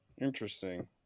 Interesting